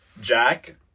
Jack